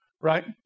right